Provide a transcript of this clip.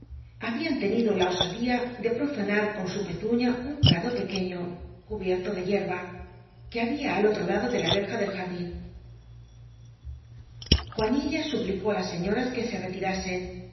habían tenido la osadia de profm u con su llcwiía un prado pcqucio cubierto de yerba tue habia al otro lado de la cija del jardin juanilla suplicó i las sciioras que se ctirasen